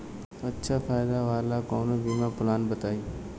अच्छा फायदा वाला कवनो बीमा पलान बताईं?